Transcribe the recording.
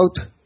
out